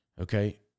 Okay